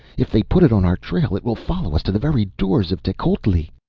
if they put it on our trail, it will follow us to the very doors of tecuhltli!